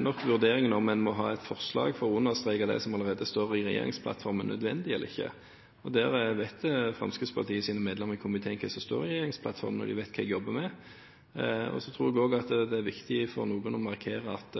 nok om en må ha et forslag for å understreke det som allerede står i regjeringsplattformen – om det er nødvendig eller ikke. Fremskrittspartiets medlemmer i komiteen vet hva som står i regjeringsplattformen, og de vet hva jeg jobber med. Så tror jeg også det er viktig for noen å markere at